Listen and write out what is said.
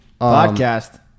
Podcast